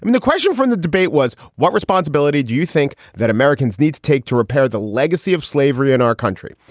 um the question from the debate was what responsibility do you think that americans need to take to repair the legacy of slavery in our country?